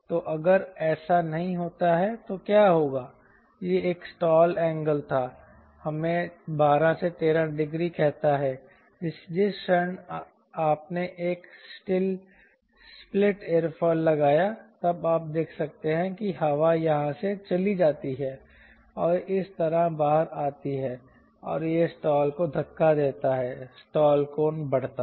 तो अगर ऐसा नहीं होता है तो क्या होगा यह एक स्टॉल एंगल था जो हमें 12 13 डिग्री कहता है जिस क्षण आपने एक स्प्लिट एयरोफिल लगाया तब आप देख सकते हैं कि हवा यहाँ से चली जाती है और इस तरह बाहर आती है और यह स्टाल को धक्का देता है स्टाल कोण बढ़ता है